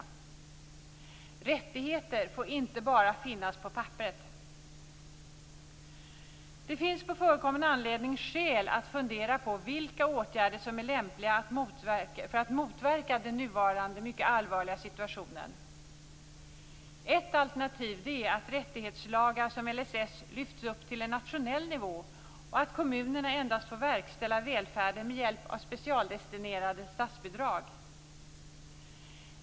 Rättigheter får inte bara finnas på papperet. Det finns på förekommen anledning skäl att fundera på vilka åtgärder som är lämpliga för att motverka den nuvarande mycket allvarliga situationen. Ett alternativ är att rättighetslagar som LSS lyfts upp till en nationell nivå, och att kommunerna endast får verkställa välfärden med hjälp av specialdestinerade statsbidrag.